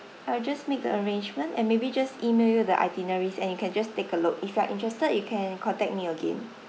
I'll just make arrangement and maybe just email you the itineraries and you can just take a look if you are interested you can contact me again